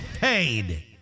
paid